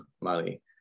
money